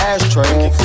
Ashtray